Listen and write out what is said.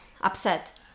upset